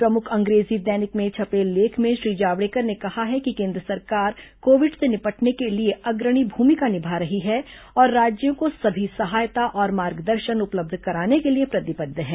प्रमुख अंग्रेजी दैनिक में छपे लेख में श्री जावड़ेकर ने कहा कि केन्द्र सरकार कोविड से निपटने के लिए अग्रणी भूमिका निभा रही है और राज्यों को सभी सहायता और मार्गदर्शन उपलब्ध कराने के लिए प्रतिबद्ध है